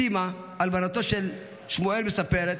סימה, אלמנתו של שמואל, מספרת: